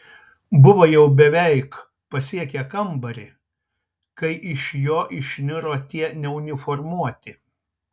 buvo jau beveik pasiekę kambarį kai iš jo išniro tie neuniformuoti